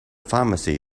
pharmacy